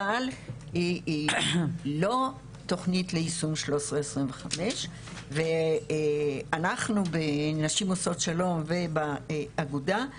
אבל לא תוכנית ליישום 1325. אנחנו בנשים עושות שלום ובאגודה,